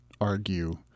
argue